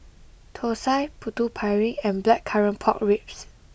Thosai Putu Piring and Blackcurrant Pork Ribs